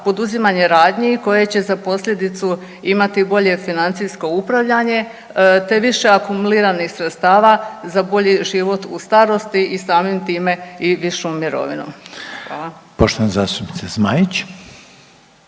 poduzimanje radnji koje će za posljedicu imati bolje financijsko upravljanje te više akumuliranih sredstava za bolji život u starosti i samim time i višu mirovinu. Hvala.